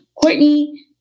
Courtney